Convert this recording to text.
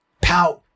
pout